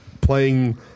Playing